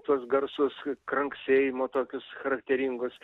tuos garsus kranksėjimo tokius charakteringus